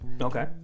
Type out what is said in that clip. Okay